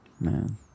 man